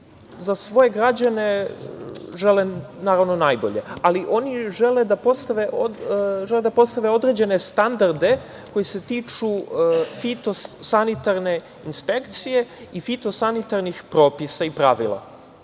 za svoje građane žele naravno najbolje, ali oni žele da postave određene standarde koji se tiču fitosanitarne inspekcije i fitosanitarnih propisa i pravila,